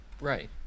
Right